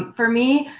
um for me,